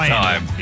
time